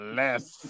less